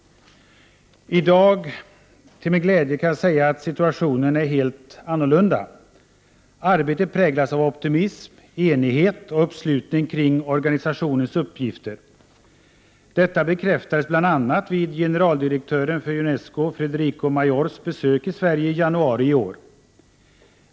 I dag kan jag till min glädje säga att situationen är en helt annan. Arbetet präglas av optimism, enighet och uppslutning kring organisationens uppgifter. Det bekräftades bl.a. vid generaldirektören för Unesco Federico Mayors besök i Sverige i januari iår.